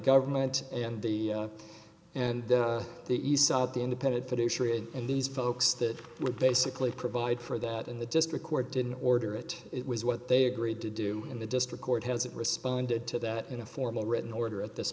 government and the and the east side of the independent producer it and these folks that were basically provide for that in the district court didn't order it it was what they agreed to do in the district court hasn't responded to that in a formal written order at this